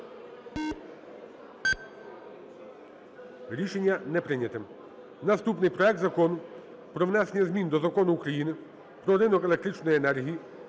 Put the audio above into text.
Рішення не прийнято. Наступний. Проект Закону про внесення змін до Закону України "Про ринок електричної енергії"